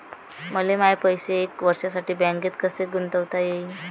मले माये पैसे एक वर्षासाठी बँकेत कसे गुंतवता येईन?